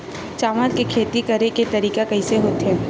चावल के खेती करेके तरीका कइसे होथे?